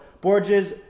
Borges